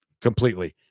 completely